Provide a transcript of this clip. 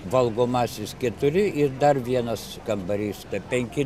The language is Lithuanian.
valgomasis keturi ir dar vienas kambarys ten penki